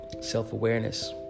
self-awareness